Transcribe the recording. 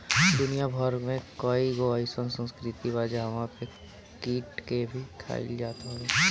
दुनिया भर में कईगो अइसन संस्कृति बा जहंवा पे कीट के भी खाइल जात हवे